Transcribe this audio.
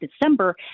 December